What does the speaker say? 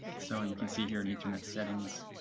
so, you can see here in ethernet settings,